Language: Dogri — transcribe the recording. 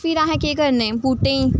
फिर अस केह् करने बूह्टें गी